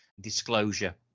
disclosure